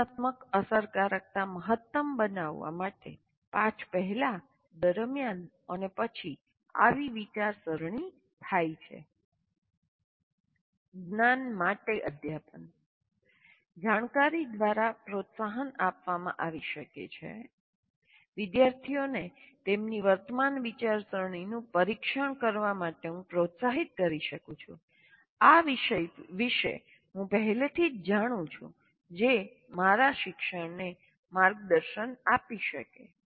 સૂચનાત્મક અસરકારકતા મહત્તમ બનાવવા માટે પાઠ પહેલાં દરમિયાન અને પછી આવી વિચારસરણી થાય છે જ્ઞાનમાટે અધ્યાપન જાણકારી દ્વારા પ્રોત્સાહન આપવામાં આવી શકે છે નોંધ લો કે તેમની વેબસાઇટ્સ પરની કેટલીક યુનિવર્સિટીઓ તેઓ ઘણા શિક્ષણશાસ્ત્રના મુદ્દાઓને ધ્યાનમાં રાખીને પોઝિશન લે છે અને તેઓ કોઈ ચોક્કસ શાખાની ફેકલ્ટી દ્વારા તૈયાર સંદર્ભ માટે થોડી સામગ્રી રાખે છે હું હમણાં જ વન્ડરબિલ્ટ યનિવર્સિટીમાંથી ટાંકું છું વિદ્યાર્થીઓને તેમની વર્તમાન વિચારસરણીનું પરીક્ષણ કરવા માટે પ્રોત્સાહિત કરું છું આ વિષય વિશે હું પહેલાથી જ જાણું છું જે મારા શિક્ષણને માર્ગદર્શન આપી શકે